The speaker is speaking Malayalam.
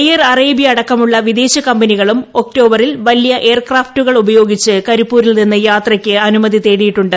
എയർ അറേബ്യ അടക്ക്മുള്ള വിദേശവിമാന കമ്പനികളും ഒക്ടോബറിൽ വലിയും എയർക്രാഫ്റ്റുകൾ ഉപയോഗിച്ച് കരിപ്പൂരിൽനിന്ന് യാത്രക്ക് അനുമതി തേടിയിട്ടുണ്ട്